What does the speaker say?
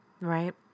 right